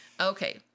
Okay